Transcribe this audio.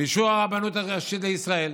באישור הרבנות הראשית לישראל.